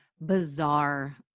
bizarre